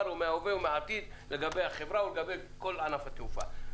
או מההווה או מהעתיד לגבי החברה או לגבי כל ענף התעופה.